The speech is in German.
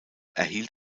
erhielt